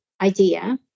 idea